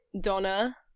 Donna